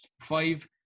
five